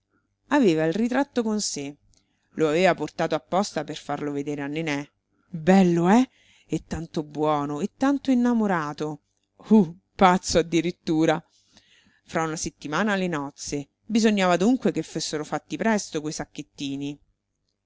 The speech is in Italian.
aveva il ritratto con sé lo aveva portato apposta per farlo vedere a nené bello eh e tanto buono e tanto innamorato uh pazzo addirittura fra una settimana le nozze bisognava dunque che fossero fatti presto quei sacchettini